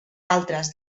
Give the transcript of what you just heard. altres